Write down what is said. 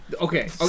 Okay